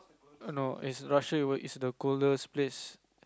err no is Russia were is the coldest place